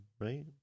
right